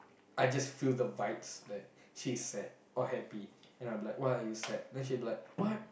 I just feel the vibes that she's sad or happy then I'm like why are you sad then she'll be like what